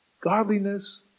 Godliness